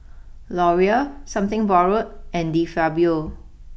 Laurier something Borrowed and De Fabio